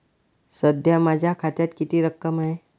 सध्या माझ्या खात्यात किती रक्कम आहे?